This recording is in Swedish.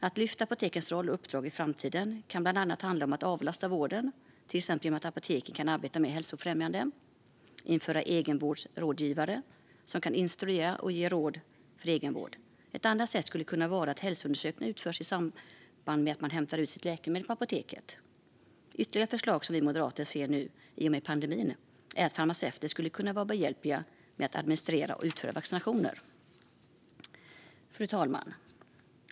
Att lyfta apotekens roll och uppdrag i framtiden kan bland annat handla om att avlasta vården, till exempel genom att apoteken kan arbeta mer hälsofrämjande och införa egenvårdsrådgivare som kan instruera och ge råd om egenvård. Ett annat sätt skulle kunna vara att hälsoundersökningar utförs i samband med att man hämtar ut sitt läkemedel på apoteket. Ytterligare ett förslag som vi moderater ser i och med pandemin är att farmaceuter skulle kunna vara behjälpliga med att administrera och utföra vaccinationer. Fru talman!